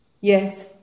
Yes